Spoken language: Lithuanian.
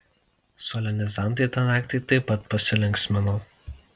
solenizantai tą naktį taip pat pasilinksmino